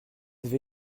avez